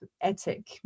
ethic